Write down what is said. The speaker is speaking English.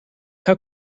how